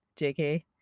JK